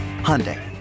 Hyundai